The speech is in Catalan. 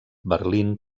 berlín